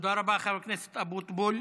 תודה רבה, חבר הכנסת אבוטבול.